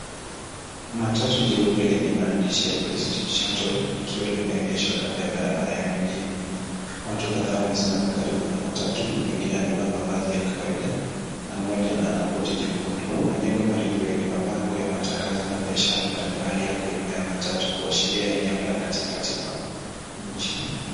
Matatu jeupe lenye maandishi ya Prestige Shuttle likiwa limeegeshwa kando ya barabara ya mjini. Watu kadhaa wamesimama karibu matatu wengine wamevaa mavazi ya kawaida na mmoja ana koti jekundu. Majengo marefu yenye mabango ya matangazo na biashara mbalimbali yako nyuma ya matatu kuashiria eneo la katikati mwa mji.